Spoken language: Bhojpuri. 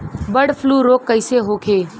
बर्ड फ्लू रोग कईसे होखे?